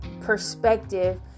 perspective